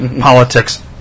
politics